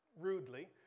rudely